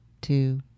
two